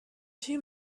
two